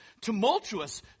tumultuous